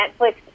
netflix